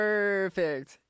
Perfect